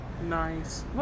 Nice